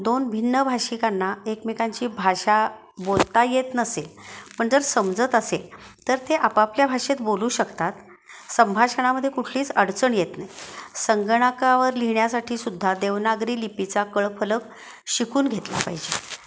दोन भिन्न भाषिकांना एकमेकांची भाषा बोलता येत नसेल पण जर समजत असेल तर ते आपापल्या भाषेत बोलू शकतात संभाषणामध्ये कुठलीच अडचण येत नाही संगणकावर लिहिण्यासाठी सुुद्धा देवनागरी लिपीचा कळफलक शिकून घेतला पाहिजे